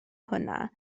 hwnna